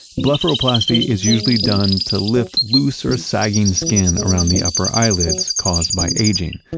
blepharoplasty is usually done to lift loose or sagging skin around the upper eyelids caused by aging.